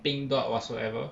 pink dot whatsoever